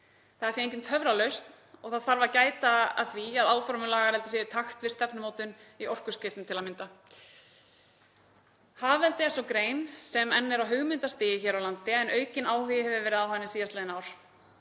Það er því engin töfralausn og það þarf að gæta að því að áform um lagareldi séu í takt við stefnumótun í orkuskiptum til að mynda. Hafeldi er svo grein sem enn er á hugmyndastigi hér á landi en aukinn áhugi hefur verið á því síðastliðin ár.